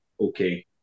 okay